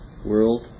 world